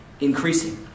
increasing